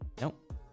Nope